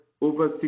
over